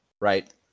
right